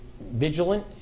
vigilant